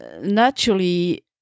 naturally